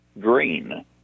Green